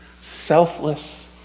selfless